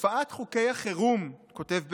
תופעת חוקי החירום, כותב בגין,